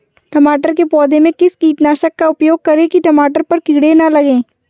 टमाटर के पौधे में किस कीटनाशक का उपयोग करें कि टमाटर पर कीड़े न लगें?